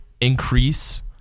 increase